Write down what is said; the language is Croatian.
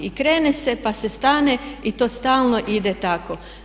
I krene se pa se stane i to stalno ide tako.